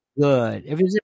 Good